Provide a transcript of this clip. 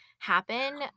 happen